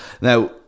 Now